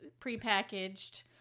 prepackaged